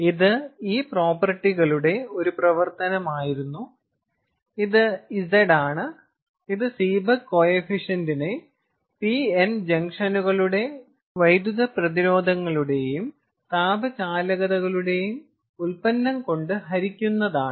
ഇത് ഈ പ്രോപ്പർട്ടികളുടെ ഒരു പ്രവർത്തനമായിരുന്നു ഇത് Z ആണ് ഇത് സീബെക്ക് കോയെഫിഷ്യന്റിനെ P N ജംഗ്ഷനുകളുടെ വൈദ്യുത പ്രതിരോധങ്ങളുടെയും താപ ചാലകതകളുടെയും ഉൽപ്പന്നം കൊണ്ട് ഹരിക്കുന്നതാണ്